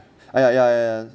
ya ya ya